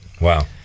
Wow